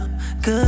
Good